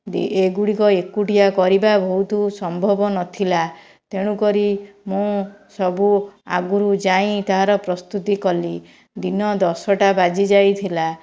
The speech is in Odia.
ଏଗୁଡ଼ିକ ଏକୁଟିଆ କରିବା ବହୁତ ସମ୍ଭବ ନଥିଲା ତେଣୁ କରି ମୁଁ ସବୁ ଆଗରୁ ଯାଇ ତା'ର ପ୍ରସ୍ତୁତି କଲି ଦିନ ଦଶଟା ବାଜିଯାଇଥିଲା